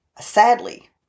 sadly